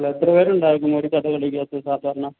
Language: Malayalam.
അല്ല എത്ര പേരുണ്ടാകും ഒരു കഥകളിക്കകത്ത് സാധാരണ